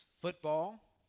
football